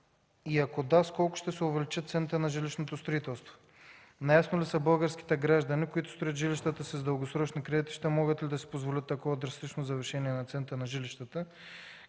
И ако да – с колко ще се увеличат цените на жилищното строителство? Наясно ли са българските граждани, които строят жилищата си с дългосрочни кредити ще могат ли да си позволят такова драстично завишение на цените на жилищата?